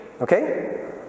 Okay